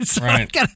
right